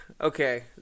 okay